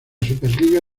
superliga